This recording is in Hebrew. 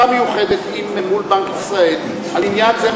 מיוחדת מול בנק ישראל על עניין זה,